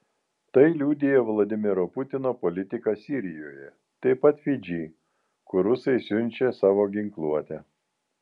tai liudija vladimiro putino politika sirijoje taip pat fidži kur rusai siunčia savo ginkluotę